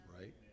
Right